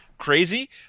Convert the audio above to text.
crazy